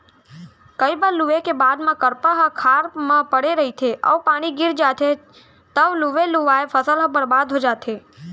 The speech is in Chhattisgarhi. कइ बार लूए के बाद म करपा ह खार म परे रहिथे अउ पानी गिर जाथे तव लुवे लुवाए फसल ह बरबाद हो जाथे